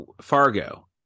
Fargo